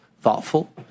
thoughtful